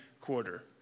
quarter